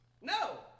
No